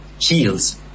heals